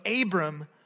Abram